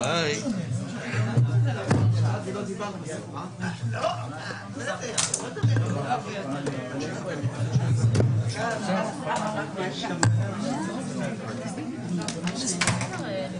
16:15.